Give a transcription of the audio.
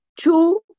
Two